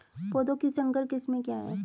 पौधों की संकर किस्में क्या हैं?